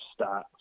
stats